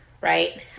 right